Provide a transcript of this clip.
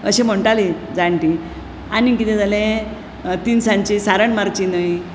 अशें म्हणटाली जाणटी आनी कितें जालें तिनसानची सारन मारची न्हय